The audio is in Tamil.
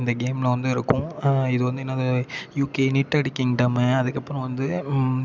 இந்த கேமில் வந்து இருக்கும் இது வந்து என்னது யூகே யுனிடட் கிங்டமு அதுக்கப்புறம் வந்து